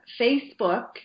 Facebook